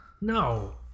No